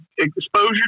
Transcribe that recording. exposure